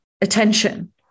attention